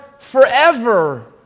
forever